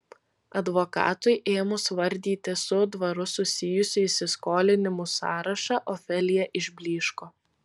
advokatui ėmus vardyti su dvaru susijusių įsiskolinimų sąrašą ofelija išblyško